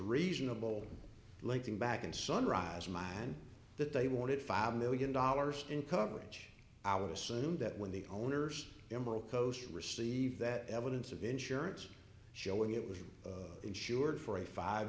reasonable linking back in sunrise mind that they wanted five million dollars in coverage i would assume that when the owners emerald coast received that evidence of insurance showing it was insured for a five